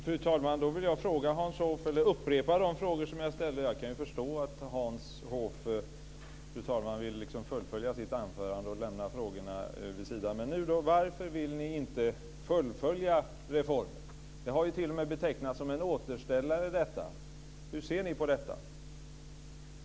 Fru talman! Då vill jag upprepa de frågor som jag ställde. Jag kan förstå att Hans Hoff vill fullfölja sitt anförande och lämna frågor vid sidan. Varför vill ni inte fullfölja reformen? Detta har ju t.o.m. betecknats som en återställare. Hur ser ni på det?